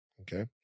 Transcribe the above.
Okay